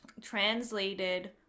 translated